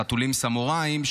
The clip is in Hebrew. חתולים סמוראים,